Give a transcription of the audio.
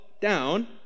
down